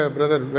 Brother